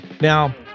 Now